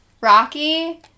Rocky